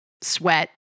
Sweat